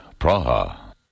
Praha